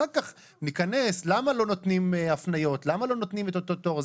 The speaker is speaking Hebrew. אחר כך ניכנס ללמה לא נותנים הפניות או למה לא נותנים את אותו תור.